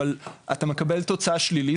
אבל אתה מקבל תוצאה שלילית,